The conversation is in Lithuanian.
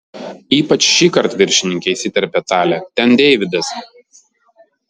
ypač šįkart viršininke įsiterpė talė ten deividas